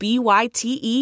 B-Y-T-E